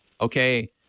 okay